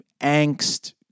angst